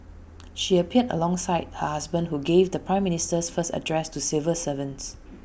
she appeared alongside her husband who gave the prime Minister's first address to civil servants